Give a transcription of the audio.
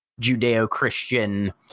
Judeo-Christian